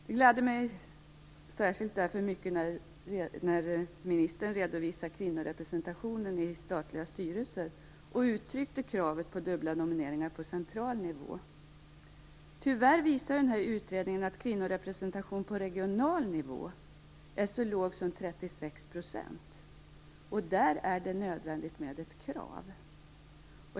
Det gladde mig därför särskilt mycket när ministern redovisade kvinnorepresentationen i statliga styrelser och uttryckte kravet på dubbla nomineringar på central nivå. Tyvärr visar ju utredningen att kvinnorepresentationen på regional nivå är så låg som 36 %. Där är det nödvändigt med ett krav.